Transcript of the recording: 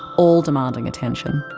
all demanding attention.